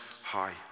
high